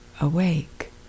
awake